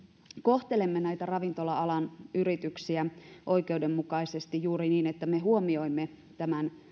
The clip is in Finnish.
kohtelemme näitä ravintola alan yrityksiä oikeudenmukaisesti juuri niin että me huomioimme tämän